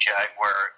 Jaguar